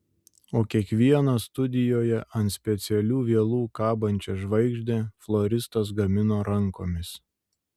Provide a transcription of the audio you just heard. o kiekvieną studijoje ant specialių vielų kabančią žvaigždę floristas gamino rankomis